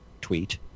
tweet